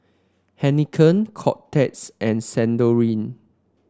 Heinekein Kotex and Sensodyne